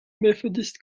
methodist